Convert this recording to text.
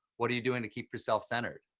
what are you doing to keep yourself centered?